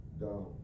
down